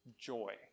Joy